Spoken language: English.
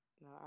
No